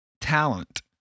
talent